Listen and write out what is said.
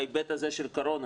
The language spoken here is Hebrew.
בהיבט הזה של קורונה,